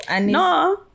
No